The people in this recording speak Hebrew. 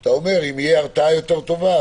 אתה אומר שאם תהיה הרתעה יותר טובה,